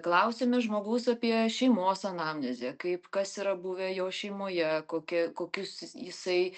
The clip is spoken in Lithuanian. klausiame žmogaus apie šeimos anamnezę kaip kas yra buvę jo šeimoje kokie kokius j jisai